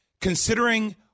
Considering